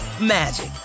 magic